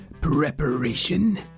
preparation